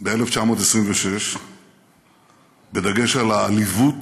ב-1926 בדגש על העליבות,